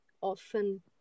often